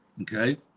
okay